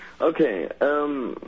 Okay